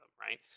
right